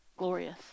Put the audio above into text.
Glorious